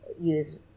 use